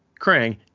Krang